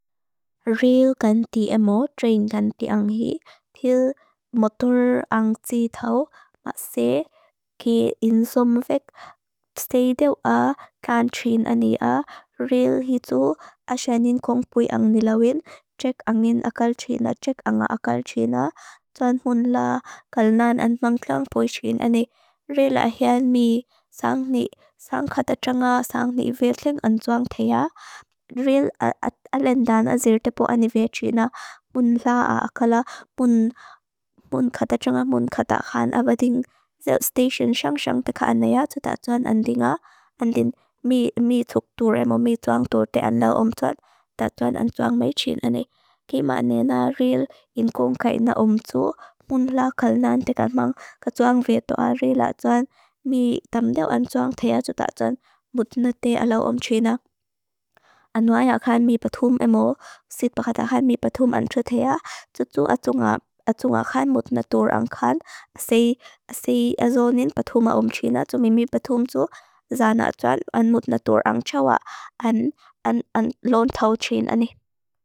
Rīl gan tī emo, trēn gan tī ang hī, tīl motur ang tītau, ma sē, kī insum vek pseidew a kan tʃīn ani a rīl hi tsu asanin kong pui ang nilawin. Tʃek angin akal tʃīna, tʃek anga akal tʃīna, tsuan mūn la kal nān ang tsuang tlaang pui tʃīn ani rīl a hian mi sāng ni sāng kata tʃanga. Sāng ni vek ling ang tsuang tēja, rīl alendaan a zir tepo ani vek tʃīna, mūn lā a akala, mūn kata tʃanga, mūn kata khan, tsuan awadīng station shāng-shāng teka anayā tsu tā tsuan andi ngā. Andin mi tuk tūr emo, mi tsuang tūr tēja lau om tsuat, tā tsuan ang tsuang mai tʃīn ani, kī ma nēna rīl in kong kāina om tsu, mūn lā kal nān teka māng, kā tsuang vek tūa rīl a tsuan, mi tamdew ang tsuang tēja tsu tā tsuan. Mutinat tēja lau om tʃīna. Anu aya khan mi patum emo, sitpa kata khan, mi patum an tsu tēja, tsu tsu atunga khan, mutinat tūr ang khan, sī azōnin patuma om tʃīna. Tsu mimi patum tsu zāna atuan, an mutinat tūr ang tʃawa, an lontau tʃīn ani.